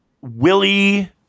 Willie